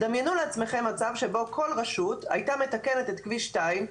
דמיינו לעצמכם מצב שבו כל רשות הייתה מתקנת את כביש 2,